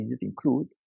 include